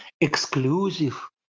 exclusive